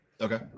Okay